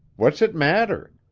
what's it matter?